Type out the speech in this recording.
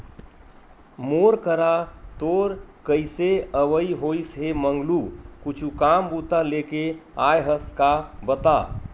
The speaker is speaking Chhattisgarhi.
मोर करा तोर कइसे अवई होइस हे मंगलू कुछु काम बूता लेके आय हस का बता?